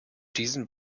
diesen